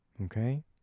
Okay